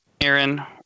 Aaron